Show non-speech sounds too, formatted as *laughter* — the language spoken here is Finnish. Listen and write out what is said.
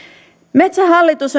metsähallitus *unintelligible*